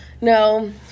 No